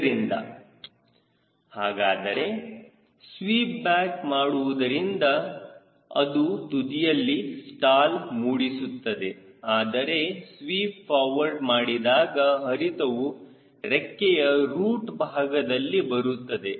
ಇದರಿಂದ ಹಾಗಾದರೆ sweep back ಮಾಡುವುದರಿಂದ ಅದು ತುದಿಯಲ್ಲಿ ಸ್ಟಾಲ್ ಮೂಡಿಸುತ್ತದೆ ಆದರೆ ಸ್ವೀಪ್ ಫಾರ್ವರ್ಡ್ ಮಾಡಿದಾಗ ಹರಿತವು ರೆಕ್ಕೆಯ ರೂಟ್ ಭಾಗದಲ್ಲಿ ಬರುತ್ತದೆ